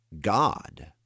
God